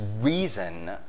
reason